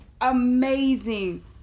amazing